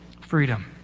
Freedom